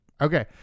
Okay